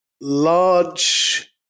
Large